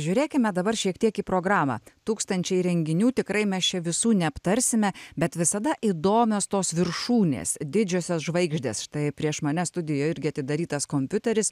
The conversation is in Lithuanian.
žiūrėkime dabar šiek tiek į programą tūkstančiai renginių tikrai mes čia visų neaptarsime bet visada įdomios tos viršūnės didžiosios žvaigždės štai prieš mane studijoj irgi atidarytas kompiuteris